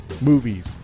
movies